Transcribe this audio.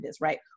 right